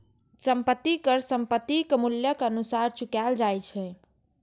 संपत्ति कर संपत्तिक मूल्यक अनुसार चुकाएल जाए छै